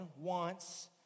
wants